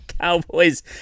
Cowboys